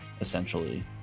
Essentially